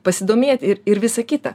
pasidomėt ir ir visa kita